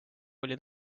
olid